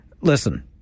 Listen